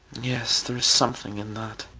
yes, there is something in that.